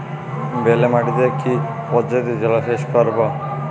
বেলে মাটিতে কি পদ্ধতিতে জলসেচ করব?